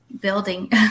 building